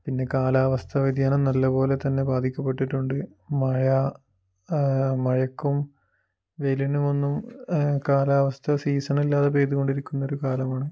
പിന്നെ കാലാവസ്ഥ വ്യതിയാനം നല്ലപോലെ തന്നെ ബാധിക്കപ്പെട്ടിട്ടുണ്ട് മഴ മഴയ്ക്കും വെയിലിനും ഒന്നും കാലാവസ്ഥ സീസൺ അല്ലാതെ പെയ്തു കൊണ്ടിരിക്കുന്ന ഒരു കാലമാണ്